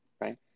Right